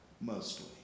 mostly